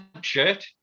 shirt